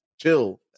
chill